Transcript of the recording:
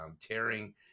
tearing